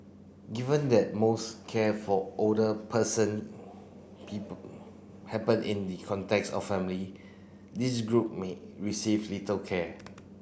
given that most care for older person happen in the context of family this group may receive little care